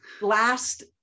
last